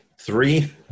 three